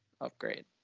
upgrade